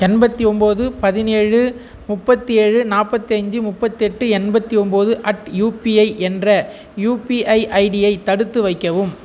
எண்பத்தி ஒம்பது பதினேழு முப்பத்தி ஏழு நாற்பத்தி அஞ்சு முப்பத்தெட்டு எண்பத்தி ஒம்பது அட் யூபிஐ என்ற யூபிஐ ஐடியை தடுத்து வைக்கவும்